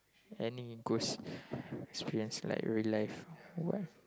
any ghost experience like real life a while